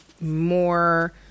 more